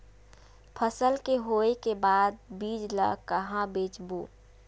फसल के होय के बाद बीज ला कहां बेचबो?